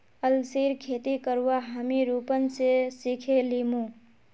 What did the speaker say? अलसीर खेती करवा हामी रूपन स सिखे लीमु